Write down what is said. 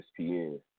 ESPN